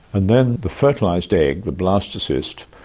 and then the fertilised egg, the blastocyst,